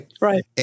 Right